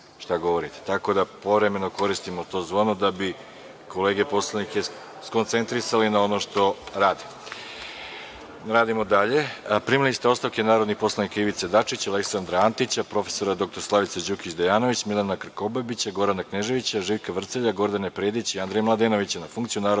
tako da povremeno koristimo to zvono da bi kolege poslanike skoncentrisali na ono što radimo. Radimo dalje. Primili ste ostavke narodnih poslanika Ivice Dačića, Aleksandra Antića, prof. dr Slavice Đukić Dejanović, Milana Krkobabića, Gorana Kneževića, Živka Vrcelja, Gordane Predić i Andreja Mladenovića na funkciju narodnog